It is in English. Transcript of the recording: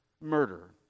murder